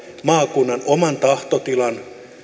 maakunnan oman tahtotilan